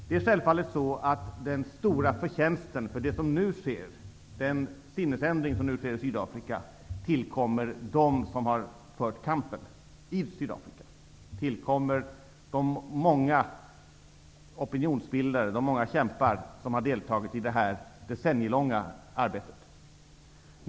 Vi är mycket stolta, Lars Förtjänsten för den stora sinnesändring som sker i Sydafrika tillkommer dem som har fört kampen i Sydafrika och de många opinionsbildare och kämpar som har deltagit i det decennielånga arbetet.